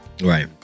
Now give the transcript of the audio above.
Right